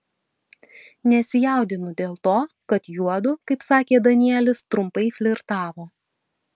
nesijaudinu dėl to kad juodu kaip sakė danielis trumpai flirtavo